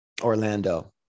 Orlando